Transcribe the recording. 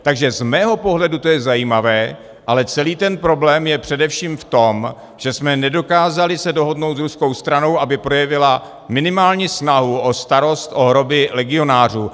Takže z mého pohledu je to zajímavé, ale celý ten problém je především v tom, že jsme se nedokázali dohodnout s ruskou stranou, aby projevila minimální snahu o starost o hroby legionářů.